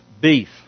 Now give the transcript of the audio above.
beef